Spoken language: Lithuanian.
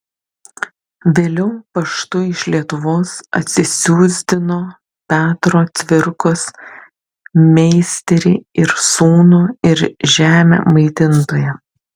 vėliau paštu iš lietuvos atsisiųsdino petro cvirkos meisterį ir sūnų ir žemę maitintoją